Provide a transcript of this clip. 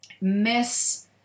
miss